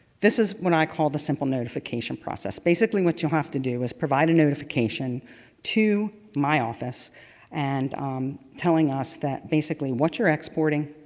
this is what i call the simple notification process. basically what you'll have to do is provide a notification to my office and telling us that basically what you're exporting